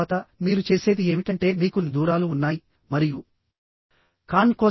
తరువాతది residual strength